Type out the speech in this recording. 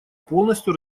полностью